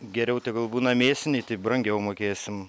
geriau tegul būna mėsiniai tai brangiau mokėsim